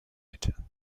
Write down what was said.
mitte